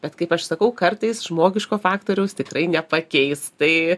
bet kaip aš sakau kartais žmogiško faktoriaus tikrai nepakeis tai